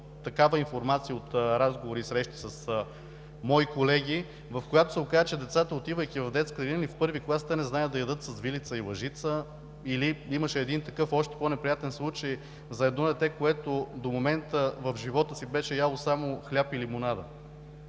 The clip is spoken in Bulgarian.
такава информация от разговори и срещи с мои колеги, в които се оказва, че децата, отивайки в детска градина или в първи клас, те не знаят да ядат с вилица и лъжица. Имаше и един такъв още по-неприятен случай за едно дете, което до момента в живота си беше яло само хляб и лимонада.